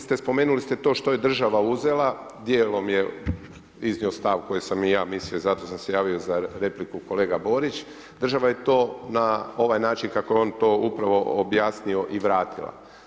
Spomenuli ste to što je država uzela, djelom je iznio stav koji sam i ja mislio, zato sam se i javio za repliku kolega Borić, država je to na ovaj način kako je on to upravo objasnio i vratila.